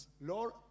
Lord